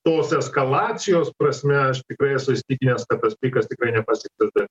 tos eskalacijos prasme aš tikrai esu įsitikinęs tas pikas tikrai nepasiektas dar